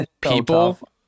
people